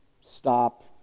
stop